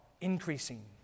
increasing